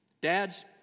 Dads